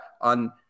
on